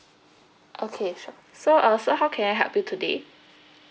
okay sure so ah sir how can I help you today